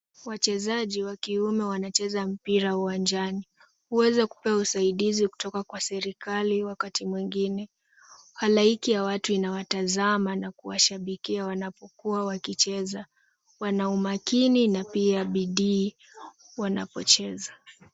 Wachezaji wa kiume wanacheza mpira uwanjani. Huweza kupewa usaidizi kutoka kwa serikali wakati mwingine. Halaiki ya watu inawatazama na kuwashabikia wanapokuwa wakicheza. Wana umakini na pia bidii wanapocheza.